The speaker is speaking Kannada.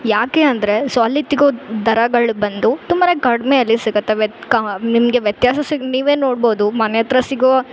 ಯಾಕೆ ಅಂದರೆ ಸೊ ಅಲ್ಲಿ ಸಿಗೋ ದರಗಳು ಬಂದು ತುಂಬಾನೇ ಕಡ್ಮೆಯಲ್ಲಿ ಸಿಗತ್ತೆ ವ್ಯತ್ ಕ ನಿಮಗೆ ವ್ಯತ್ಯಾಸ ಸಿಗ್ ನೀವೇ ನೋಡ್ಬೋದು ಮನೆ ಹತ್ರ ಸಿಗೋ